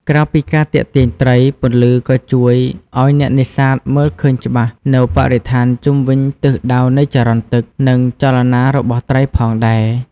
ក្រៅពីការទាក់ទាញត្រី ពន្លឺក៏ជួយឱ្យអ្នកនេសាទមើលឃើញច្បាស់នូវបរិស្ថានជុំវិញទិសដៅនៃចរន្តទឹក និងចលនារបស់ត្រីផងដែរ។